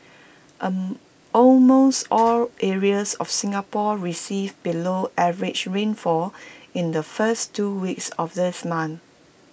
almost all areas of Singapore received below average rainfall in the first two weeks of this month